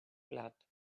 blood